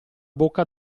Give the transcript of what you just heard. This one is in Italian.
bocca